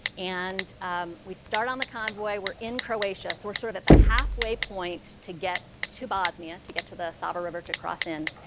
and we start on the convoy. we're in croatia. so we're sort of at the halfway point to get to bosnia, to get to the sava river to cross in.